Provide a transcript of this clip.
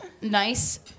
nice